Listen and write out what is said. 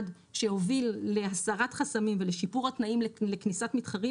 שהוביל להסרת חסמים ולשיפור התנאים לכניסת מתחרים,